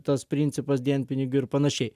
tas principas dienpinigių ir panašiai